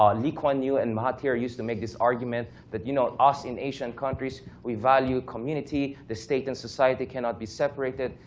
um lee kuan yew and mahathir used to make this argument that you know us in asian countries, we value community. the state and society cannot be separated.